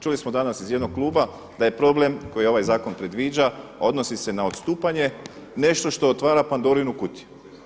Čuli smo danas iz jednog kluba da je problem koji ovaj zakon predviđa, a odnosi se na odstupanje nešto što otvara Pandorinu kutiju.